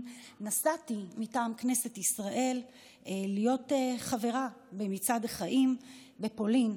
נסעתי מטעם כנסת ישראל להיות חברה במצעד החיים בפולין.